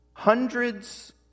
Hundreds